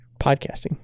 podcasting